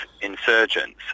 insurgents